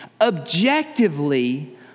objectively